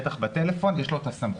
בטח בטלפון, יש לו את הסמכות.